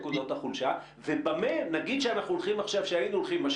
הנתון שאנחנו חוזרים עליו ושהדהים את הוועדה היה שמתחילת המשבר ועד לפני